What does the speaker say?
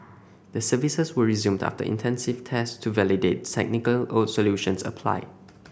the services were resumed after intensive tests to validate the technical solutions applied